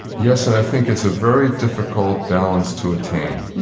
yes, and i think it's a very difficult balance to attain,